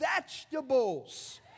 vegetables